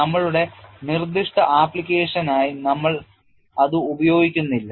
നമ്മളുടെ നിർദ്ദിഷ്ട അപ്ലിക്കേഷനായി നമ്മൾ അത് ഉപയോഗിക്കുന്നില്ല